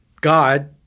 God